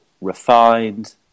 refined